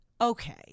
Okay